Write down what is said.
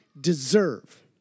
deserve